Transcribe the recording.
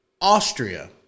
Austria